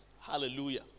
Hallelujah